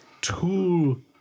two